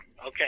Okay